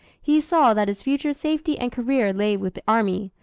he saw that his future safety and career lay with the army,